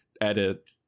edit